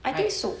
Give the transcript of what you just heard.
right